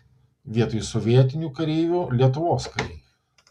vietoj sovietinių kareivių lietuvos kariai